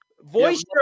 Voice